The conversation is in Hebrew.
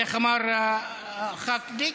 איך אמר חה"כ גליק?